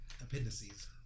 Appendices